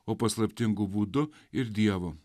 o paslaptingu būdu ir dievo